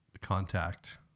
contact